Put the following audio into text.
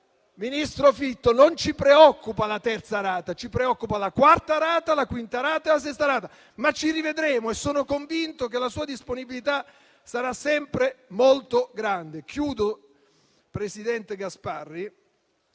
ministro Fitto, la terza rata. Ci preoccupa la quarta rata, la quinta e la sesta rata, ma ci rivedremo e sono convinto che la sua disponibilità sarà sempre molto grande.